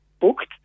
booked